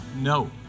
no